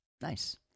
Nice